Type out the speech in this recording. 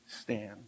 stand